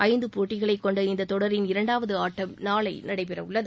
ஐந்து போட்டிகளை கொண்ட இந்த தொடரின் இரண்டாவது ஆட்டம் நாளை நடைபெறவுள்ளது